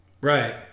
Right